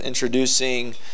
Introducing